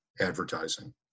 advertising